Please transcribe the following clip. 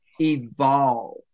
evolve